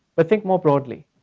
but think more broadly.